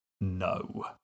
no